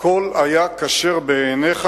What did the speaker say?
הכול היה כשר בעיניך